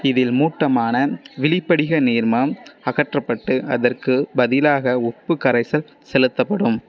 இதில் மூட்டமான விழிப்படிக நீர்மம் அகற்றப்பட்டு அதற்கு பதிலாக உப்புக் கரைசல் செலுத்தப்படும்